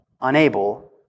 unable